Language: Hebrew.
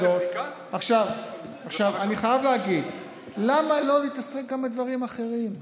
אני חייב להגיד, למה לא להתעסק גם בדברים אחרים?